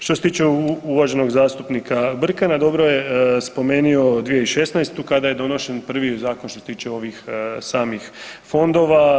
Što se tiče uvaženog zastupnika Brkana, dobro je spomenuo 2016. kada je donesen prvi zakon što se tiče ovih samih fondova.